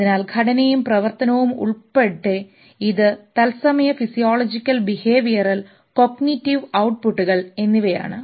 അതിനാൽ ഘടനയും പ്രവർത്തനവും ഉൾപ്പെടെ ഇത് തത്സമയ ഫിസിയോളജിക്കൽ ബിഹേവിയറൽ കോഗ്നിറ്റീവ് ഔട്ട്പുട്ടുകൾ എന്നിവയാണ്